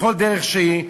בכל דרך שהיא.